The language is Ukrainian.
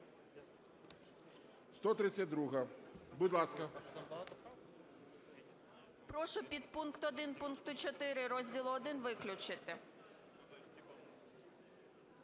132-а. Будь ласка.